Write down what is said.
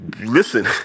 listen